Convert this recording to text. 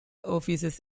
offices